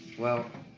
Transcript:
well,